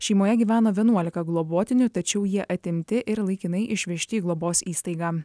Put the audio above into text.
šeimoje gyveno vienuolika globotinių tačiau jie atimti ir laikinai išvežti į globos įstaigą